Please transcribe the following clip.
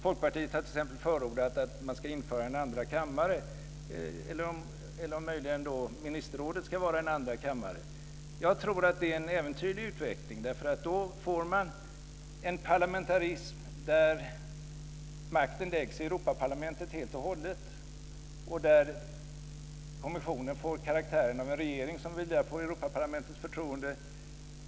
Folkpartiet har t.ex. förordat att man ska införa en andra kammare, eller om möjligen ministerrådet ska vara en andra kammare. Jag tror att det är en äventyrlig utveckling. Då får man en parlamentarism där makten läggs helt och hållet i Europaparlamentet och kommissionen får karaktären av en regering som vilar på Europaparlamentets förtroende.